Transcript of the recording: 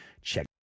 Check